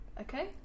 Okay